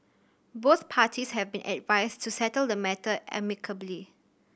both parties have been advised to settle the matter amicably